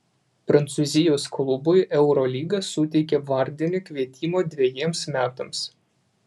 prancūzijos klubui eurolyga suteikė vardinį kvietimą dvejiems metams